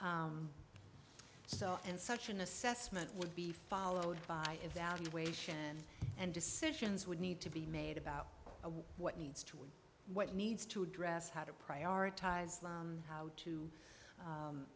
and such an assessment would be followed by evaluation and decisions would need to be made about what needs to what needs to address how to prioritize how to